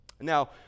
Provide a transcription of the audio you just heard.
Now